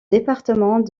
département